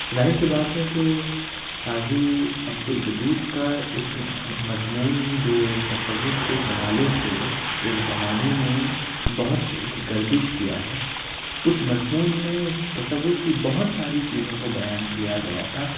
ظاہر سی بات ہے کہ قاضی عبدالودود کا ایک مضمون جو تصّوف کے حوالے سے ایک زمانے میں بہت گردش کیا ہے اُس مضمون میں تصّوف کی بہت ساری چیزوں کو بیان کیا گیا تھا